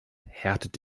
härtet